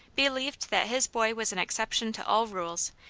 believed that his boy was an exception to all rules,